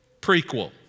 Prequel